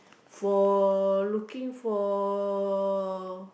for looking for